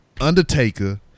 Undertaker